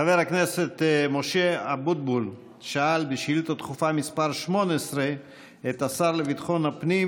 חבר הכנסת משה אבוטבול שאל בשאילתה דחופה מס' 18 את השר לביטחון הפנים